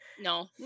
No